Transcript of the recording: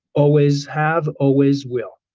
always have always will.